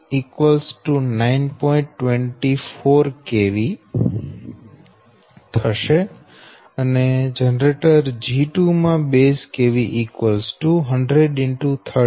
24 kV generator circuit G2 માં base kV 100 13